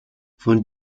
von